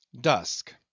Dusk